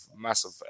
massive